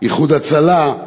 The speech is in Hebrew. "איחוד הצלה",